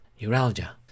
neuralgia